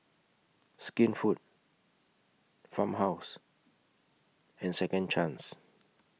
Skinfood Farmhouse and Second Chance